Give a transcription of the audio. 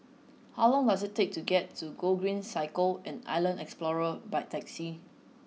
how long does it take to get to Gogreen Cycle and Island Explorer by taxi